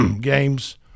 games